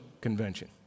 convention